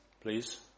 please